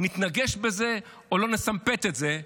נתנגש בזה או לא נסמפט את זה,